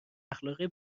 اخلاقای